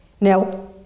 Now